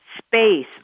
space